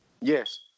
Yes